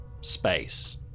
space